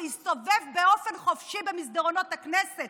להסתובב באופן חופשי במסדרונות הכנסת